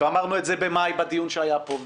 ואמרנו את זה בדיון שהיה פה בחודש מאי,